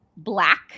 Black